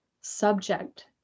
subject